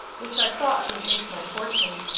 which i thought would make my fortune.